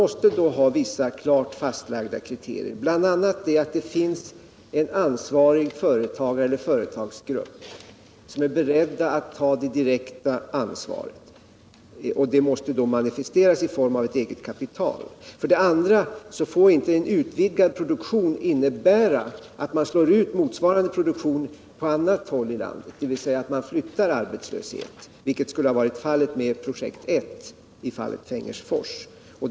Men då måste vissa klart fastlagda kriterier vara uppfyllda, bl.a. att det finns en ansvarig företagare eller företagsgrupp som är beredd att ta det direkta ansvaret. Detta måste manifesteras i form av ett eget kapital. Vidare får en utvidgad produktion inte innebära att man slår ut motsvarande produktion på annat håll i landet, dvs. att man flyttar arbetslösheten, vilket skulle ha blivit fallet med projekt I i fallet Fengersfors.